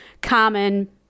common